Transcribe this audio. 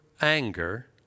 anger